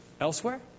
elsewhere